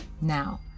Now